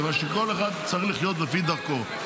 כיוון שכל אחד צריך לחיות לפי דרכו.